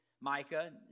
Micah